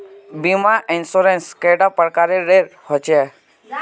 बीमा इंश्योरेंस कैडा प्रकारेर रेर होचे